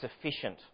sufficient